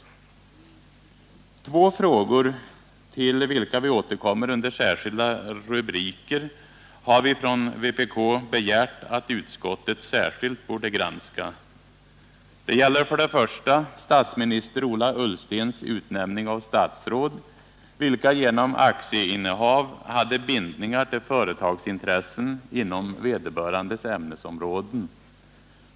Två frågor, till vilka vi återkommer under särskilda rubriker, har vpk begärt att utskottet särskilt skulle granska. Det gäller för det första statsminister Ola Ullstens utnämning av statsråd, vilka genom aktieinnehav hade bindningar till företagsintressen inom vederbörandes ämnesområden.